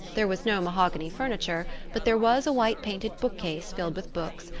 there was no mahogany furniture, but there was a white-painted bookcase filled with books,